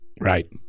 Right